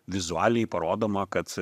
vizualiai parodoma kad